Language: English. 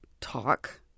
talk